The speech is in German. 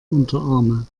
unterarme